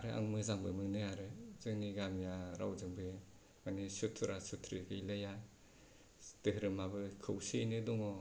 ओमफ्राय आं मोजांबो मोनो आरो जोंनि गामिया रावजोंबो सुथुरा सुथुरि गैलाया धोरोमाबो खौसेयैनो दङ